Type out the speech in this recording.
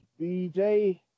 BJ